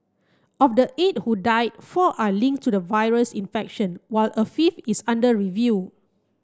of the eight who died four are linked to the virus infection while a fifth is under review